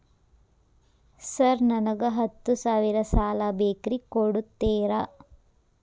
Sir ನನಗ ಹತ್ತು ಸಾವಿರ ಸಾಲ ಬೇಕ್ರಿ ಕೊಡುತ್ತೇರಾ?